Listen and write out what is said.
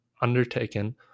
undertaken